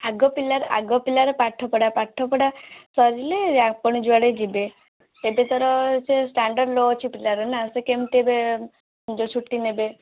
ଆଗ ପିଲାର ଆଗ ପିଲାର ପାଠ ପଢ଼ା ପାଠ ପଢ଼ା ସରିଲେ ଆପଣ ଯୁଆଡ଼େ ଯିବେ ଏବେ ତାର ଷ୍ଟାଣ୍ଡାର୍ଡ଼ ଲୋ ଅଛି ପିଲାର ନା ସେ କେମିତି ଏବେ ଯେଉଁ ଛୁଟି ନେବେ